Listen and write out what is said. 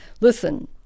listen